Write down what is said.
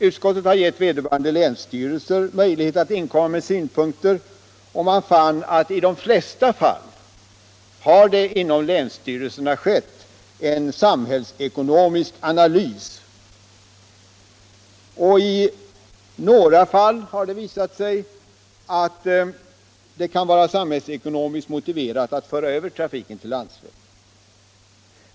Utskottet har givit vederbörande länsstyrelser möjlighet att inkomma med synpunkter, och man fann att det i de flesta fall inom länsstyrelserna gjorts en samhällsekonomisk analys. I några fall har det visat sig att det kan vara samhällsekonomiskt motiverat att föra över trafiken till landsväg.